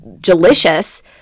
delicious